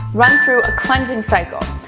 run through a cleansing cycle.